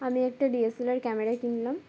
আমি একটা D S L R camera কিনলাম